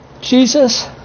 Jesus